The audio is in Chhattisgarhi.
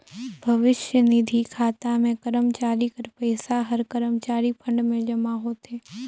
भविस्य निधि खाता में करमचारी कर पइसा हर करमचारी फंड में जमा होथे